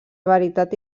veritat